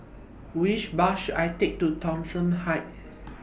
Which Bus should I Take to Thomson Heights